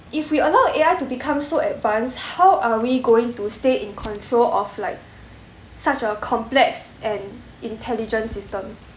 if we allow A_I to become so advanced how are we going to stay in control of like such a complex and intelligent system